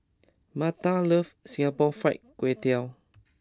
Maida loves Singapore Fried Kway Tiao